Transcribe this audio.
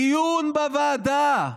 דיון בוועדה,